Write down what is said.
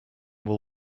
will